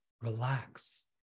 relax